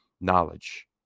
knowledge